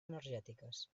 energètiques